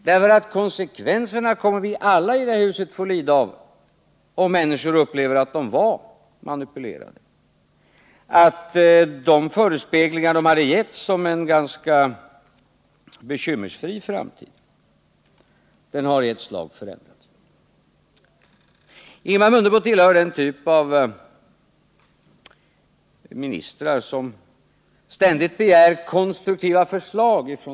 Konsekvenserna av detta kommer vi alla i det här huset att få lida av, om människor upplever det så att de var manipulerade och att de förespeglingar som hade getts om en ganska bekymmersfri framtid i ett slag visar sig vara oriktiga. Ingemar Mundebo tillhör den typ av ministrar som från den här talarstolen ständigt begär konstruktiva förslag.